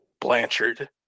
Blanchard